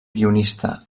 guionista